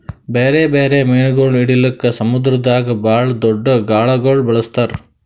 ಬ್ಯಾರೆ ಬ್ಯಾರೆ ಮೀನುಗೊಳ್ ಹಿಡಿಲುಕ್ ಸಮುದ್ರದಾಗ್ ಭಾಳ್ ದೊಡ್ದು ಗಾಳಗೊಳ್ ಬಳಸ್ತಾರ್